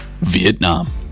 Vietnam